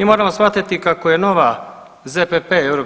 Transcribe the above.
I moramo shvatiti kako je nova ZPP EU